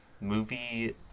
movie